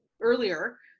earlier